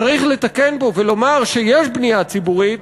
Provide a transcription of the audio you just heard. צריך לתקן פה ולומר שיש בנייה ציבורית,